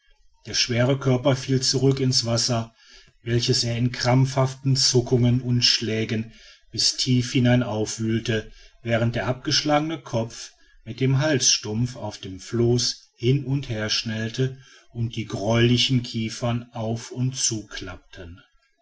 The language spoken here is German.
der schwere körper fiel zurück in's wasser welches er in krampfhaften zuckungen und schlägen bis tief hinein aufwühlte während der abgeschlagene kopf mit dem halsstumpf auf dem floß hin und herschnellte und die greulichen kiefern auf und zuklappten